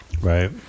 right